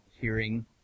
hearing